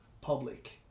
public